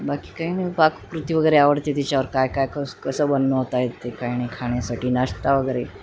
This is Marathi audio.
बाकी काही नाही पाककृती वगैरे आवडते तिच्यावर काय काय कस कसं बनवता येते काय आणी खाण्यासाठी नाश्ता वगैरे